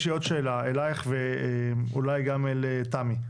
יש לי עוד שאלה אליך ואולי גם אל תמי.